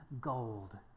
gold